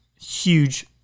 huge